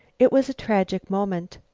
it was a tragic moment.